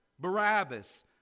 Barabbas